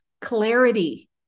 clarity